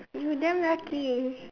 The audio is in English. you damn lucky